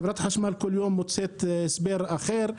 חברת החשמל נותנת כל יום הסבר אחר.